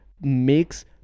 makes